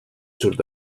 surt